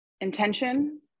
intention